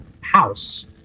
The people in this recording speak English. house